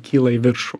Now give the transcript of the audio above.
kyla į viršų